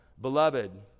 beloved